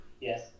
yes